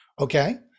Okay